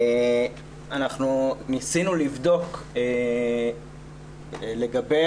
ניסינו לבדוק לגבי